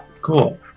cool